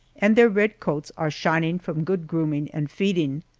and their red coats are shining from good grooming and feeding.